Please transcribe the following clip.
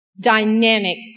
dynamic